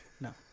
No